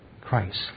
Christ